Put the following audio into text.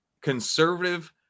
conservative